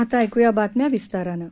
आता ऐकूया बातम्या विस्तारानं